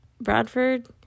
Bradford